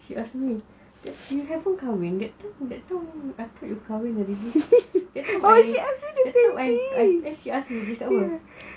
she ask me that you haven't kahwin that time I thought you kahwin already then she ask kat apa